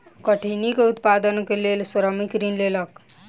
कठिनी के उत्पादनक लेल श्रमिक ऋण लेलक